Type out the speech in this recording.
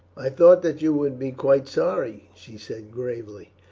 i thought that you would be quite sorry, she said gravely.